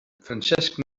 francesc